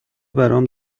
برام